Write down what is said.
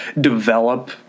develop